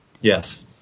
yes